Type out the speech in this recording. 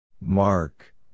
Mark